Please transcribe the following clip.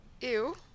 Ew